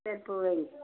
சேர்